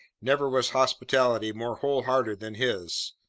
never was hospitality more wholehearted than his.